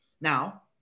Now